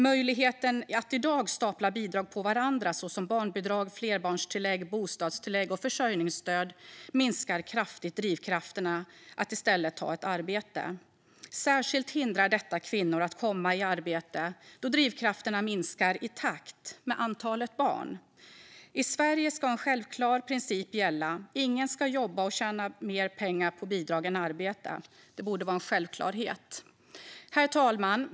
Möjligheten att i dag stapla bidrag på varandra, såsom barnbidrag, flerbarnstillägg, bostadstillägg och försörjningsstöd, minskar kraftigt drivkrafterna att i stället ta ett arbete. Särskilt hindrar detta kvinnor från att komma i arbete, då drivkrafterna minskar i takt med antalet barn. I Sverige ska en självklar princip gälla: Ingen ska jobba och tjäna mer pengar på bidrag än på arbete. Det borde vara en självklarhet. Herr talman!